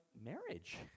marriage